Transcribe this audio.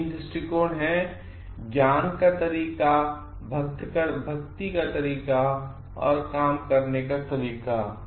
यह तीन दृश्टिकोण हैं ज्ञान का तरीका भक्ति का तरीका और काम करने का तरीका